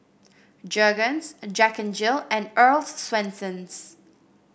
Jergens Jack N Jill and Earl's Swensens